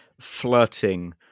flirting